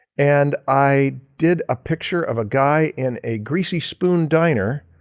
and i did a picture of a guy in a greasy spoon diner,